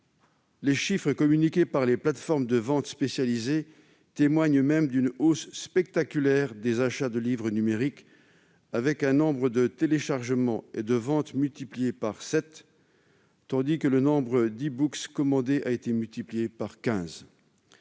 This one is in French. les chiffres communiqués par les plateformes de vente spécialisées témoignent même d'une hausse spectaculaire des achats de livres numériques, avec un nombre de téléchargements et de ventes multiplié par sept, tandis que le nombre d'commandés a été multiplié par